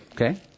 okay